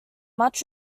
much